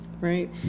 Right